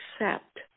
accept